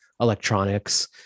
electronics